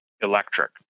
electric